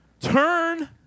Turn